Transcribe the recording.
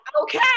Okay